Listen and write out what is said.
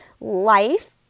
Life